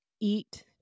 eat